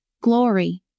glory